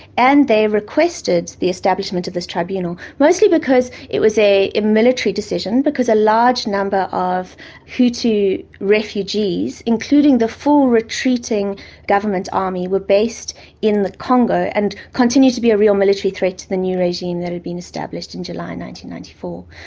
and they requested the establishment of this tribunal. mostly because it was a a military decision, because a large number of hutu refugees, including the full retreating government army, were based in the congo, and continued to be a real military threat to the new regime that had been established in ninety ninety four.